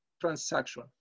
transaction